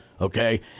okay